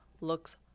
looks